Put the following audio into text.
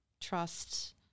trust